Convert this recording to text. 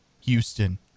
houston